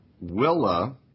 Willa